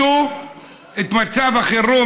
מצב החירום,